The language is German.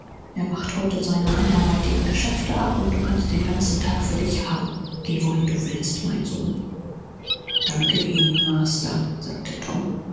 er hat heut mit seinen übrigen geschäften zu thun und du kannst den tag für dich frei haben geh wohin du willst mein alter junge dank schön master sagte tom